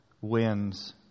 wins